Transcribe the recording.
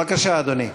בבקשה, אדוני.